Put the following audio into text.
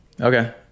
okay